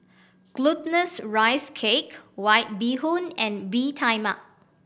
Glutinous Rice Cake White Bee Hoon and Bee Tai Mak